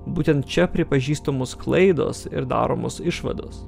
būtent čia pripažįstamos klaidos ir daromos išvados